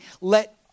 let